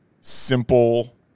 simple